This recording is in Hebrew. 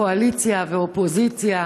קואליציה ואופוזיציה,